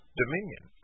dominion